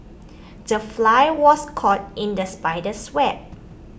the fly was caught in the spider's web